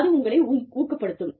அது உங்களை ஊக்கப்படுத்தும்